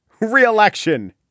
re-election